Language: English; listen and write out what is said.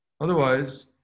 Otherwise